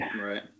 Right